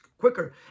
Quicker